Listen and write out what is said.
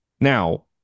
Now